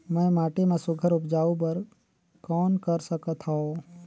मैं माटी मा सुघ्घर उपजाऊ बर कौन कर सकत हवो?